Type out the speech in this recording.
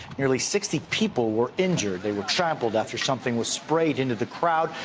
nearly sixty people were injured. they were trampled after something was sprayed into the crowd,